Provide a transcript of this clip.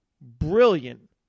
brilliant